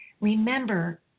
Remember